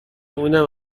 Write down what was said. اونم